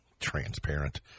transparent